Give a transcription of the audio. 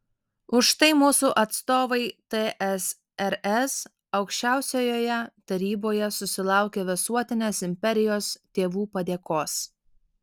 už tai mūsų atstovai tsrs aukščiausiojoje taryboje susilaukė visuotinės imperijos tėvų padėkos